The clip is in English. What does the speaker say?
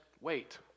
wait